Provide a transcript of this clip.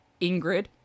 Ingrid